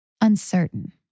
uncertain